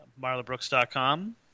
MarlaBrooks.com